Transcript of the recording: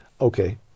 Okay